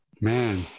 Man